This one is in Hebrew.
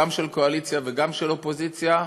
גם של קואליציה וגם של אופוזיציה,